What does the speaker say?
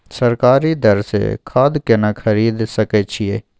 सरकारी दर से खाद केना खरीद सकै छिये?